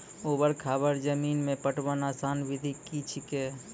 ऊवर खाबड़ जमीन मे पटवनक आसान विधि की ऐछि?